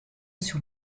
sur